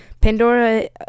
Pandora